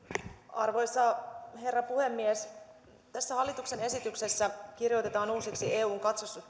arvoisa herra puhemies tässä hallituksen esityksessä kirjoitetaan uusiksi eun